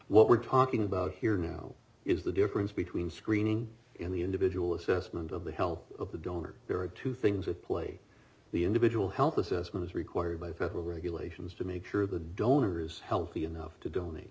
what we're talking about here now is the difference between screening in the individual assessment of the health of the donor there are two things at play the individual health assessment as required by federal regulations to make sure the donor is healthy enough to donate